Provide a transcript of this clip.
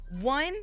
One